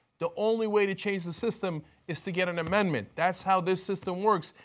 the only way to change the system is to get an amendment, that's how this system works.